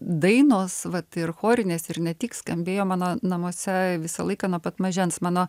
dainos vat ir chorinės ir ne tik skambėjo mano namuose visą laiką nuo pat mažens mano